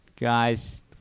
guys